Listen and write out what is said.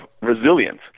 resilience